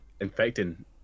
infecting